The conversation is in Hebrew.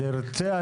אם תרצה,